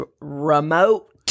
remote